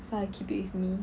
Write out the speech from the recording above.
so I keep it with me